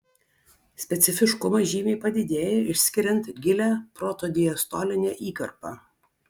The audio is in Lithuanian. specifiškumas žymiai padidėja išskiriant gilią protodiastolinę įkarpą